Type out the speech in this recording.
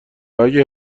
اگه